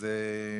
אז,